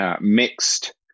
Mixed